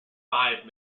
five